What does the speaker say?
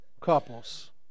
couples